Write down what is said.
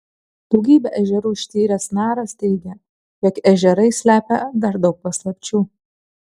daugybę ežerų ištyręs naras teigia jog ežerai slepia dar daug paslapčių